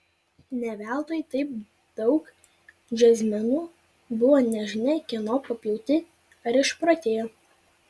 ne veltui taip daug džiazmenų buvo nežinia kieno papjauti ar išprotėjo